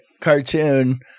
cartoon